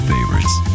Favorites